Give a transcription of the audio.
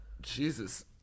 Jesus